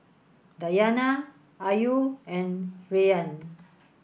Dayana Ayu and Rayyan